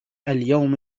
اليوم